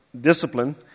discipline